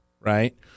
right